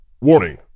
Warning